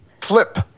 Flip